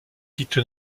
quitte